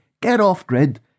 get-off-grid